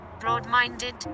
broad-minded